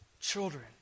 children